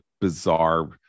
bizarre